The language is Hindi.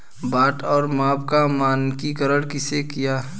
बाट और माप का मानकीकरण किसने किया?